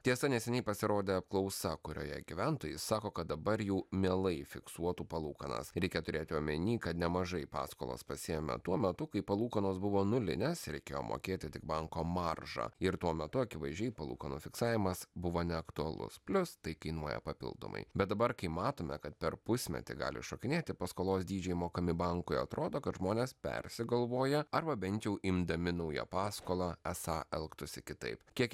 tiesa neseniai pasirodė apklausa kurioje gyventojai sako kad dabar jau mielai fiksuotų palūkanas reikia turėti omeny kad nemažai paskolas pasiėmę tuo metu kai palūkanos buvo nulinės reikėjo mokėti tik banko maržą ir tuo metu akivaizdžiai palūkanų fiksavimas buvo neaktualus plius tai kainuoja papildomai bet dabar kai matome kad per pusmetį gali šokinėti paskolos dydžiai mokami bankui atrodo kad žmonės persigalvoja arba bent jau imdami naują paskolą esą elgtųsi kitaip kiek